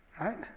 Right